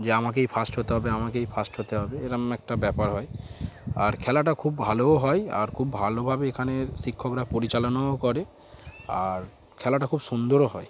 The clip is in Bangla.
যে আমাকেই ফার্স্ট হতে হবে আমাকেই ফার্স্ট হতে হবে এরকম একটা ব্যাপার হয় আর খেলাটা খুব ভালোও হয় আর খুব ভালোভাবে এখানের শিক্ষকরা পরিচালনাও করে আর খেলাটা খুব সুন্দরও হয়